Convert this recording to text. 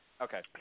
okay